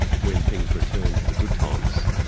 when things returned to the good times,